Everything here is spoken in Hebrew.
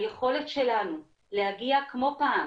היכולת שלנו להגיע כמו פעם